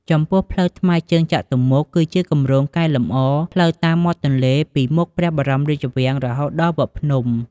ចំពោះផ្លូវថ្មើរជើងចតុមុខ គឺជាគម្រោងកែលម្អផ្លូវតាមមាត់ទន្លេ ពីមុខព្រះបរមរាជវាំង រហូតដល់វត្តភ្នំ។